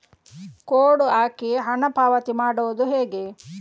Code ಹಾಕಿ ಹಣ ಪಾವತಿ ಮಾಡೋದು ಹೇಗೆ?